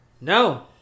No